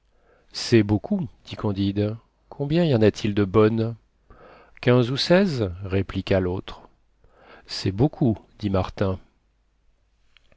c'est beaucoup dit candide combien y en a-t-il de bonnes quinze ou seize répliqua l'autre c'est beaucoup dit martin